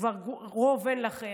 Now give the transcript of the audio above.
כשכבר רוב אין לכם.